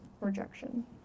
rejection